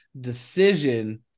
decision